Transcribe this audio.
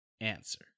answer